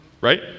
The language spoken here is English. right